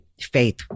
faith